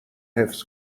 حفظ